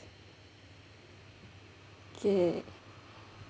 okay